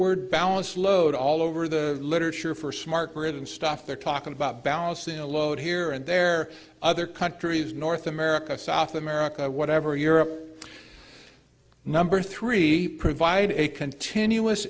word balance load all over the literature for smart grid and stuff they're talking about balancing a load here and there other countries north america south america whatever europe number three provide a continuous